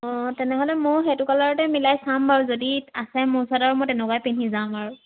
অঁ তেনেহ'লে ময়ো সেইটো কালাৰতে মিলাই চাম বাৰু যদি আছে মোৰ ওচৰত আৰু মই তেনেকুৱাই পিন্ধি যাম আৰু